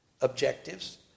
objectives